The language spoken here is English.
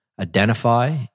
Identify